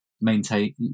maintain